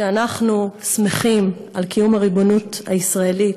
כשאנחנו שמחים על קיום הריבונות הישראלית,